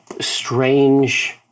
strange